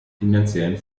finanziellen